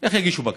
איך יגישו בקשה?